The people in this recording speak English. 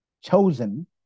chosen